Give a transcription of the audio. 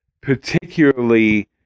particularly